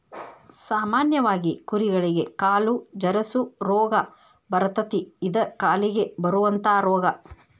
ಸಾಮಾನ್ಯವಾಗಿ ಕುರಿಗಳಿಗೆ ಕಾಲು ಜರಸು ರೋಗಾ ಬರತತಿ ಇದ ಕಾಲಿಗೆ ಬರುವಂತಾ ರೋಗಾ